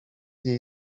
jej